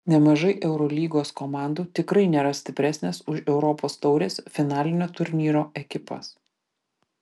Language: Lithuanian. nemažai eurolygos komandų tikrai nėra stipresnės už europos taurės finalinio turnyro ekipas